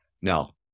Now